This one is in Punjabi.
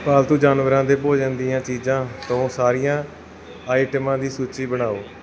ਪਾਲਤੂ ਜਾਨਵਰਾਂ ਦੇ ਭੋਜਨ ਦੀਆਂ ਚੀਜ਼ਾਂ ਤੋਂ ਸਾਰੀਆਂ ਆਈਟਮਾਂ ਦੀ ਸੂਚੀ ਬਣਾਓ